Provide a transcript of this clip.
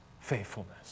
faithfulness